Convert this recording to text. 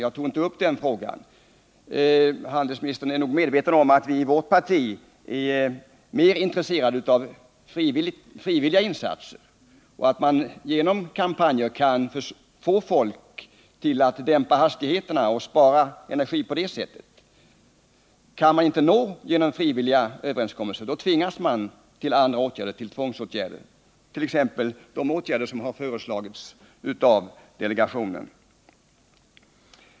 Jag tog inte upp den frågan, men jag vill ändå säga att handelsministern säkert är medveten om att vi inom vårt parti är mera intresserade av frivilliga insatser och av att man genom kampanjer försöker få folk att dämpa hastigheten i trafiken så att vi kan spara energi på det sättet. Kan man inte nå målet genom frivilliga överenskommelser tvingas man att vidta tvångsåtgärder, t.ex. de åtgärder som föreslagits av delegationen.